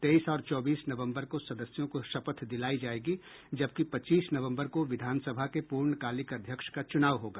तेईस और चौबीस नवम्बर को सदस्यों को शपथ दिलायी जायेगी जबकि पच्चीस नवम्बर को विधानसभा के पूर्णकालिक अध्यक्ष का चूनाव होगा